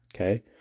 Okay